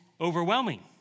overwhelming